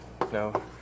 No